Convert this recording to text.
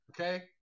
Okay